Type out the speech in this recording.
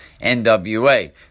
NWA